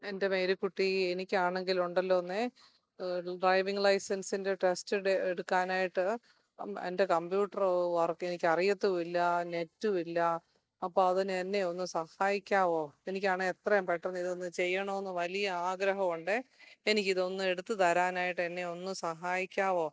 എൻ്റെ മേരിക്കുട്ടീ എനിക്കാണെങ്കിലുണ്ടല്ലോന്നേ ഡ്രൈവിങ്ങ് ലൈസൻസിൻ്റെ ടെസ്റ്റ് ഡേ എടുക്കാനായിട്ട് എൻ്റെ കമ്പ്യൂട്ടര് വർക്ക് എനിക്കറിയത്തുവില്ലാ നെറ്റുവില്ലാ അപ്പോള് അതിന് എന്നെ ഒന്നു സഹായിക്കാവോ എനിക്കാണേ എത്രയും പെട്ടെന്ന് ഇതൊന്ന് ചെയ്യണമെന്ന് വലിയ ആഗ്രഹോണ്ടേ എനിക്കിതൊന്ന് എടുത്തു തരാനായിട്ട് എന്നെ ഒന്ന് സഹായിക്കാവോ